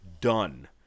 Done